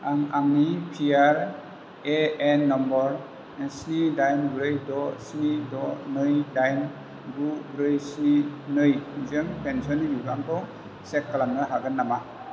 आं आंनि P R A N number स्नि दाइन ब्रै द स्नि द नै दाइन गु ब्रै स्नि नैजों पेन्सननि बिबांखौ चेक खालामनो हागोन नामा